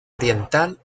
oriental